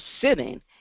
sitting